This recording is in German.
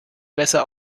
besser